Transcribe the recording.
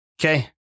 Okay